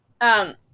um-